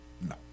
No